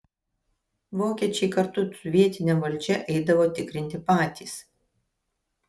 vokiečiai kartu su vietine valdžia eidavo tikrinti patys